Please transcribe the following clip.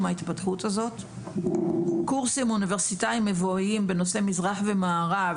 ההתפתחות הזו; קורסים אוניברסיטאיים מבואיים בנושא מזרח ומערב,